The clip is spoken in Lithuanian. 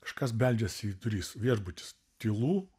kažkas beldžiasi į duris viešbutis tylu